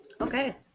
Okay